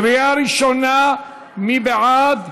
קריאה ראשונה, מי בעד?